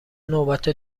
نوبت